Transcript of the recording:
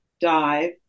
Dive